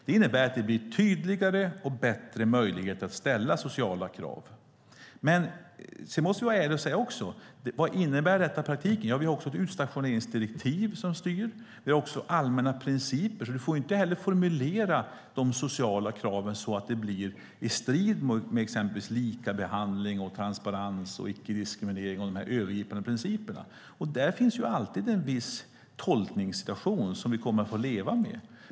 Det innebär att det blir tydligare och bättre möjligheter att ställa sociala krav. Men vad innebär detta i praktiken? Vi har också ett utstationeringsdirektiv som styr, och vi har allmänna principer. Man får inte formulera de sociala kraven så att de står i strid med övergripande principer såsom likabehandling, transparens och icke-diskriminering. Här finns alltid en viss tolkningssituation som vi kommer att få leva med.